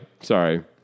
Sorry